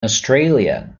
australia